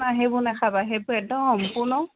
নাই সেইবোৰ নেখাবা সেইবোৰ একদম সম্পূৰ্ণ